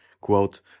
quote